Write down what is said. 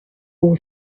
all